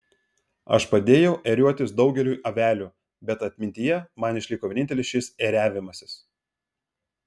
aš padėjau ėriuotis daugeliui avelių bet atmintyje man išliko vienintelis šis ėriavimasis